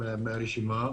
מהרשימה,